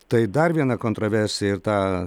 tai dar viena kontroversija ir tą